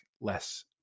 less